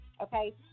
okay